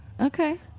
Okay